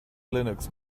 linux